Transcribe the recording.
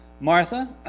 Martha